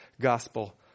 gospel